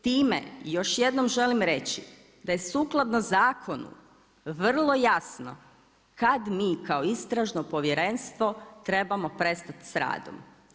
Time još jednom želim reći, da je sukladno zakonu, vrlo jasno kad mi kao istražno povjerenstvo trebamo prestati s radom.